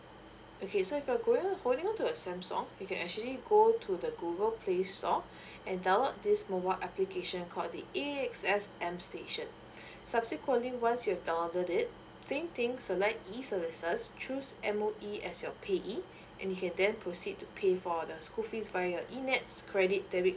okay so if you're going to holding on to a samsung you can actually go to the google play store and download this mobile application called the A_X_S M station subsequently once you've downloaded it same thing select give eservices choose M_O_E as your pay e and you can then proceed to pay for the school fees via enets credit debit